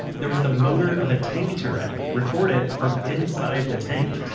there was the motor of a tank turret, recorded from inside the tank.